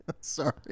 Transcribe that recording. Sorry